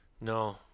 No